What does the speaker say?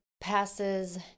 passes